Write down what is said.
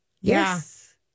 yes